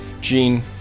gene